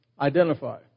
identify